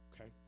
okay